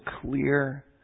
clear